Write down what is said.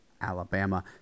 Alabama